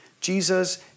Jesus